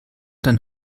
dann